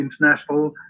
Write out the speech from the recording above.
international